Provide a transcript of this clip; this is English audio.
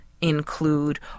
include